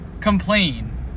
Complain